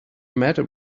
matter